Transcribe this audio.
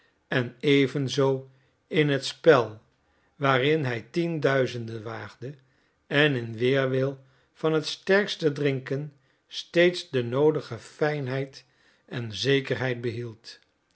en evenzoo in het spel waarin hij tienduizenden waagde en in weerwil van het sterkste drinken steeds de noodige fijnheid en zekerheid behield